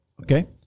Okay